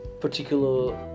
particular